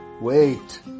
wait